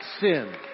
sin